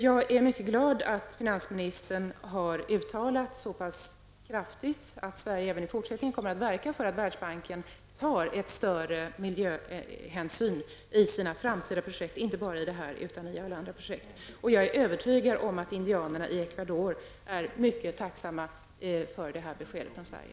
Jag är mycket glad över att finansministern så pass kraftigt har uttalat att Sverige även i fortsättningen kommer att verka för att Världsbanken tar större miljöhänsyn i sina framtida projekt och inte bara i detta fall. Jag är övertygad om att indianerna i Ecuador är mycket tacksamma för det här beskedet från Sverige.